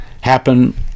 happen